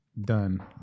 done